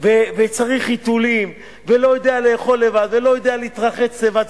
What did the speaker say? וצריך חיתולים ולא יודע לאכול לבד ולא יודע להתרחץ לבד,